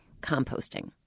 composting